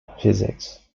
physics